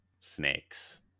snakes